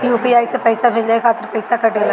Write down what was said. UPI से पइसा भेजने के खातिर पईसा कटेला?